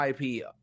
IP